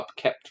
upkept